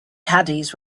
caddies